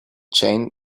chain